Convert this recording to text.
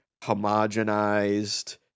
homogenized